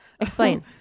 explain